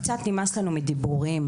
קצת נמאס לנו מדיבורים.